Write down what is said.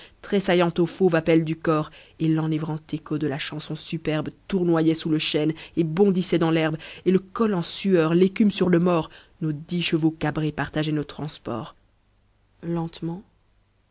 tressaillant au fauve appel du cor et l'enivrant écho de la chanson superbe tournoyait sous le chêne et bondissait dans l'herbe et le col en sueur l'écume sur le mors nos dix chevaux cabrés partageaient nos transports